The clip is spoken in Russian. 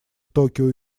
токио